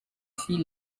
fit